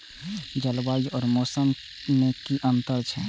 जलवायु और मौसम में कि अंतर छै?